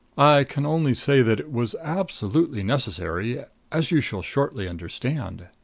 i can only say that it was absolutely necessary as you shall shortly understand.